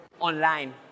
online